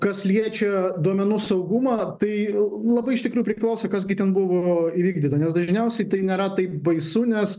kas liečia duomenų saugumą tai labai iš tikrųjų priklauso kas gi ten buvo įvykdyta nes dažniausiai tai nėra taip baisu nes